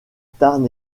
tarn